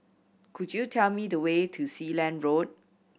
could you tell me the way to Sealand Road